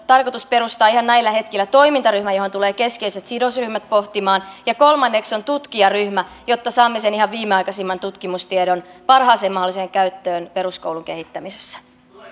on tarkoitus perustaa ihan näillä hetkillä toimintaryhmä johon tulevat keskeiset sidosryhmät pohtimaan kolmanneksi on tutkijaryhmä jotta saamme sen ihan viimeaikaisimman tutkimustiedon parhaaseen mahdolliseen käyttöön peruskoulun kehittämisessä